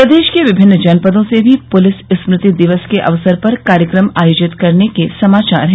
प्रदेश के विमिन्न जनपदों से भी पुलिस स्मृति दिवस के अवसर पर कार्यक्रम आयोजित करने के समाचार हैं